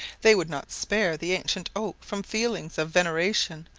they would not spare the ancient oak from feelings of veneration,